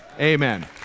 Amen